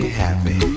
happy